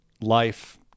life